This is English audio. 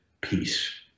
peace